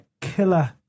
killer